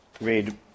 read